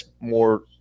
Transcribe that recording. more